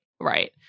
Right